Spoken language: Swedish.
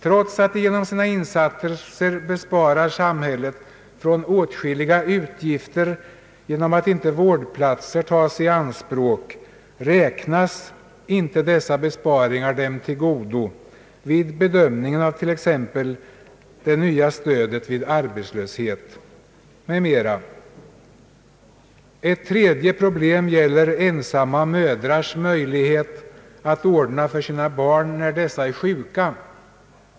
Trots att de genom sina insatser besparar samhället åtskilliga utgifter, eftersom vårdplatser inte tas i anspråk, räknas inte dessa besparingar dem till godo vid bedömningen av t.ex. det nya stödet vid arbetslöshet. Ett tredje problem gäller ensamma mödrars möjligheter att ordna för sina barn när dessa är sjuka.